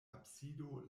absido